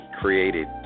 created